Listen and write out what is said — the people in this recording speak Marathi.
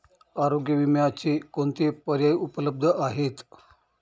आरोग्य विम्याचे कोणते पर्याय उपलब्ध आहेत?